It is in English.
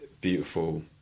beautiful